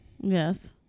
Yes